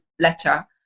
letter